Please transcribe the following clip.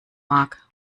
mag